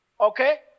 Okay